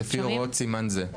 לפי הוראות סימן זה.